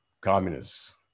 communists